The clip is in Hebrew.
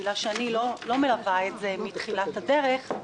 בגלל שאני לא מלווה את זה מתחילת הדרך,